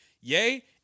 Yay